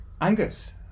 Angus